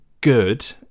good